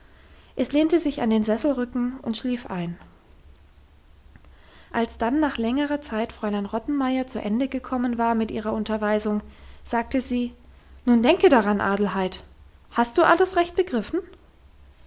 es lehnte sich an den sesselrücken und schlief ein als dann nach längerer zeit fräulein rottenmeier zu ende gekommen war mit ihrer unterweisung sagte sie nun denke daran adelheid hast du alles recht begriffen